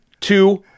two